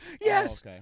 yes